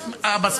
כבוד.